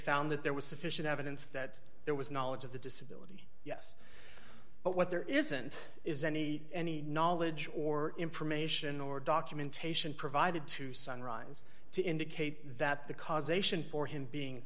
found that there was sufficient evidence that there was knowledge of the disability yes but what there isn't is any any knowledge or information or documentation provided to sunrise to indicate that the causation for him being